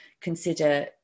consider